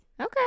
Okay